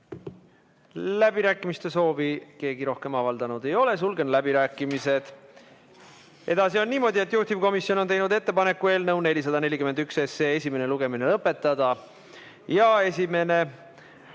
Läbirääkimiste soovi rohkem keegi avaldanud ei ole, sulgen läbirääkimised. Edasi on niimoodi: juhtivkomisjon on teinud ettepaneku eelnõu 441 esimene lugemine lõpetada ja esimene